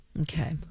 Okay